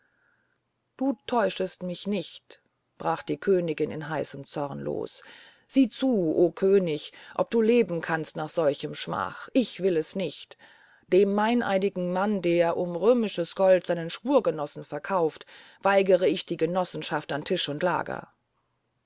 du täuschest mich nicht brach die königin in heißem zorne los siehe zu o könig ob du leben kannst nach solcher schmach ich will es nicht dem meineidigen mann der um römisches gold seinen schwurgenossen verkauft weigere ich die genossenschaft an tisch und lager